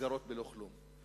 נסגרות בלא כלום.